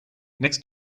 next